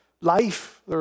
life